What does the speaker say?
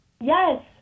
Yes